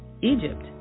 Egypt